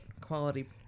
Quality